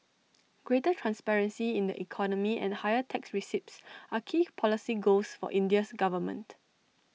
greater transparency in the economy and higher tax receipts are key policy goals for India's government